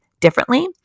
differently